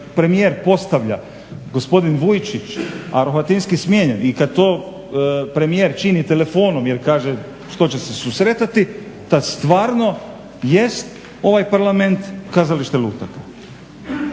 ga premijer postavlja gospodin Vujčić, a Rohatinski smijenjen i kad to premijer čini telefonom jer kaže što će se susretati tad stvarno jest ovaj Parlament Kazalište lutaka.